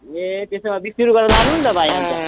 ए त्यसो भए बिस रुपियाँ गरेर लानु नि त भाइ अन्त